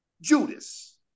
Judas